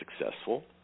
successful